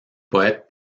poète